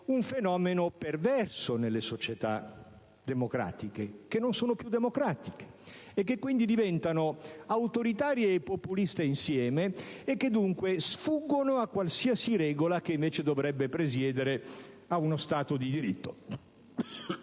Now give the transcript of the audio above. un fenomeno perverso nelle società democratiche, che non sono più democratiche e che quindi diventano autoritarie e populiste insieme: in tal modo, sfuggono a qualsiasi regola che invece dovrebbe presiedere ad uno Stato di diritto.